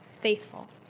faithful